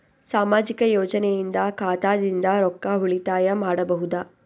ಸಾಮಾಜಿಕ ಯೋಜನೆಯಿಂದ ಖಾತಾದಿಂದ ರೊಕ್ಕ ಉಳಿತಾಯ ಮಾಡಬಹುದ?